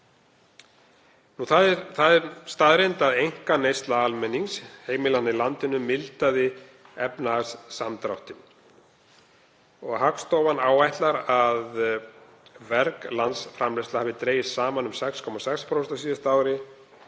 Það er staðreynd að einkaneysla almennings, heimilanna í landinu, mildaði efnahagssamdráttinn. Hagstofan áætlar að verg landsframleiðsla hafi dregist saman um 6,6% á síðasta ári,